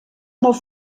molt